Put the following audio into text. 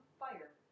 fire